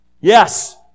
Yes